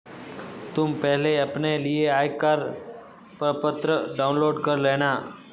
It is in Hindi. तुम पहले अपने लिए आयकर प्रपत्र डाउनलोड कर लेना